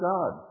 God